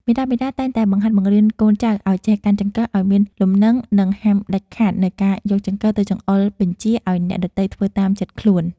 មាតាបិតាតែងតែបង្ហាត់បង្រៀនកូនចៅឱ្យចេះកាន់ចង្កឹះឱ្យមានលំនឹងនិងហាមដាច់ខាតនូវការយកចង្កឹះទៅចង្អុលបញ្ជាឱ្យអ្នកដទៃធ្វើតាមចិត្តខ្លួន។